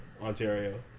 Ontario